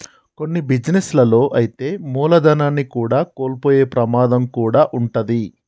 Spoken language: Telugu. కొన్ని బిజినెస్ లలో అయితే మూలధనాన్ని కూడా కోల్పోయే ప్రమాదం కూడా వుంటది